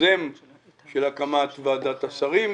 יוזם הקמת ועדת השרים